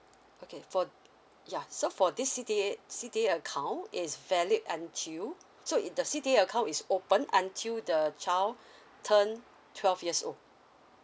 okay for ya so for this C_D_A C_D_A account is valid until so it the C_D_A account is open until the child turned twelve years old